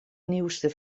nieuwste